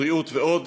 בבריאות ועוד.